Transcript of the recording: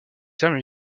terme